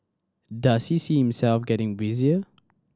does he see himself getting busier